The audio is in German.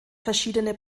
verschiedene